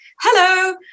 hello